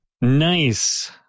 Nice